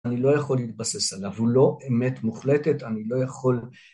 אני לא יכול להתבסס עליו, הוא לא אמת מוחלטת, אני לא יכול